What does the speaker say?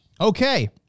Okay